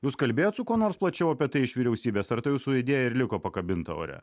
jūs kalbėjot su kuo nors plačiau apie tai iš vyriausybės ar ta jūsų idėja ir liko pakabinta ore